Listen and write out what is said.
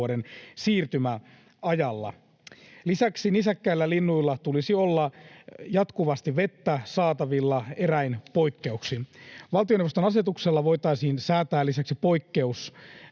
vuoden siirtymäajalla. Lisäksi nisäkkäillä ja linnuilla tulisi olla jatkuvasti vettä saatavilla eräin poikkeuksin. Valtioneuvoston asetuksella voitaisiin säätää lisäksi poikkeus